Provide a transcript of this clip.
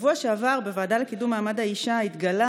בשבוע שעבר בוועדה לקידום מעמד האישה התגלה